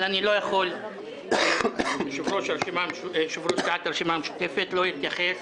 אבל אני לא יכול כיושב-ראש סיעת הרשימה המשותפת לא להתייחס